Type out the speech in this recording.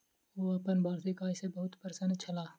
ओ अपन वार्षिक आय सॅ बहुत प्रसन्न छलाह